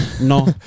no